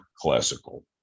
classical